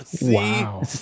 Wow